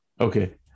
Okay